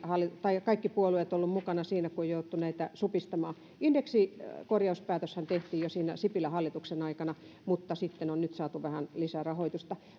kaikki puolueet ovat olleet mukana siinä on jouduttu näitä supistamaan indeksikorjauspäätöshän tehtiin jo sipilän hallituksen aikana mutta nyt sitten on saatu vähän lisärahoitusta